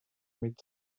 with